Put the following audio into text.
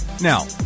Now